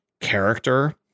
character